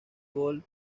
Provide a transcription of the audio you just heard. gol